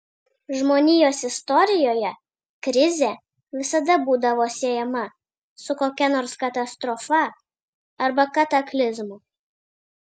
žmonijos istorijoje krizė visada būdavo siejama su kokia nors katastrofa arba kataklizmu